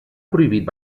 prohibit